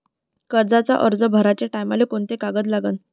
कर्जाचा अर्ज भराचे टायमाले कोंते कागद लागन?